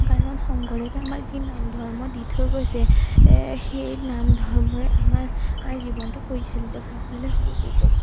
কাৰণ শংকৰদেৱে আমাক যি নাম ধৰ্ম দি থৈ গৈছে এ সেই নাম ধৰ্মৰে আমাৰ জীৱনটো পৰিচালিত কৰিবলৈ সু ব্যৱস্থা